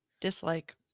Dislike